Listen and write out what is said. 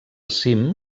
cim